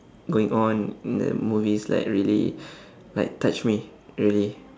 going on in the movies like really like touch me really